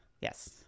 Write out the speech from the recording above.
yes